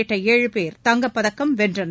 உள்ளிட்ட ஏழு பேர் தங்கம் பதக்கம் வென்றனர்